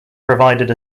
provided